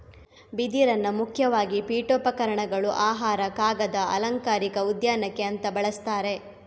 ಬಿದಿರನ್ನ ಮುಖ್ಯವಾಗಿ ಪೀಠೋಪಕರಣಗಳು, ಆಹಾರ, ಕಾಗದ, ಅಲಂಕಾರಿಕ ಉದ್ಯಾನಕ್ಕೆ ಅಂತ ಬಳಸ್ತಾರೆ